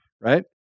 right